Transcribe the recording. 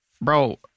Bro